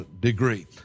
degree